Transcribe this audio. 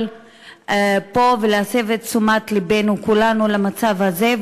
פה ולהסב את תשומת לבנו כולנו למצב הזה,